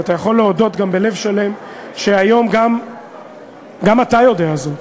ואתה יכול להודות גם בלב שלם שהיום גם אתה יודע זאת,